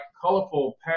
colorful